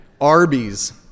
arby's